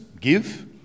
give